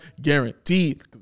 guaranteed